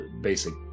basic